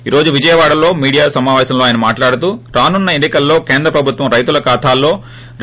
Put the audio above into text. ఈ రోజు విజయవాడ లో మీడియా సమాపేశంలో ఆయన మాట్లాడుతూ రానున్న ఎన్ని కలలో కేంద్ర ప్రభుత్వం రైతుల ఖాతాల్లో రూ